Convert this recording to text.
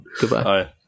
Goodbye